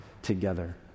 Together